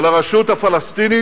של הרשות הפלסטינית.